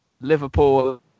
Liverpool